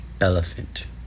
elephant